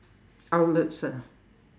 outlets ah